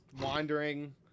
wandering